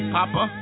Papa